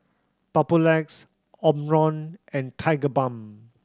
Papulex Omron and Tigerbalm